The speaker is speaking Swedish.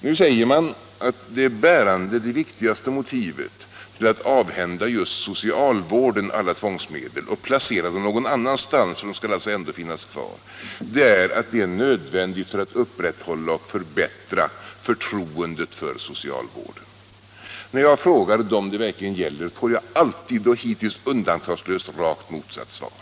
Nu säger man att det viktigaste motivet för att avhända just socialvården alla tvångsmedel och placera dem någon annanstans, för de måste alltså ändå finnas kvar, är att detta är nödvändigt för att upprätthålla och förbättra förtroendet för socialvården. Men när jag frågar dem det verkligen gäller får jag helt undantagslöst rakt motsatt svar.